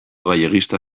galleguista